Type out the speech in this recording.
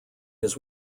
his